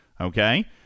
Okay